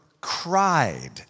cried